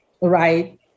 right